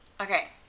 Okay